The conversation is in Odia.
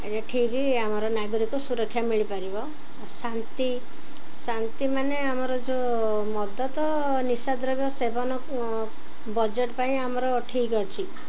ଏଇଟା ଠିକି ଆମର ନାଗରିକ ସୁରକ୍ଷା ମିଳିପାରିବ ଶାନ୍ତି ଶାନ୍ତି ମାନେ ଆମର ଯେଉଁ ମଦ ତ ନିଶାଦ୍ରବ୍ୟ ସେବନ ବଜେଟ ପାଇଁ ଆମର ଠିକ ଅଛି